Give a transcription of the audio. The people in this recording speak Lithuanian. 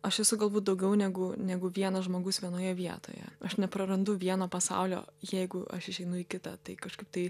aš esu galbūt daugiau negu negu vienas žmogus vienoje vietoje aš neprarandu vieno pasaulio jeigu aš išeinu į kitą tai kažkaip tai